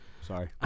Sorry